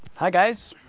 hi guys,